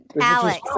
alex